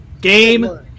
Game